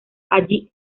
allí